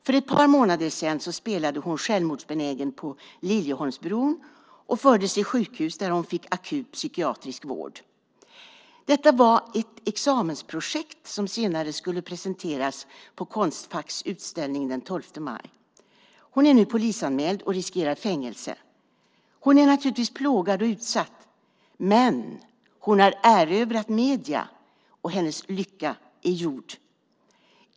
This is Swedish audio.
För ett par månader sedan spelade hon självmordsbenägen på Liljeholmsbron och fördes till sjukhus där hon fick akut psykiatrisk vård. Det var ett examensprojekt som sedan skulle presenteras på Konstfacks utställning den 12 maj. Hon är nu polisanmäld och riskerar fängelse. Hon är naturligtvis plågad och utsatt, men hon har erövrat medierna och hennes lycka är gjord.